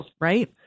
right